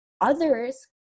others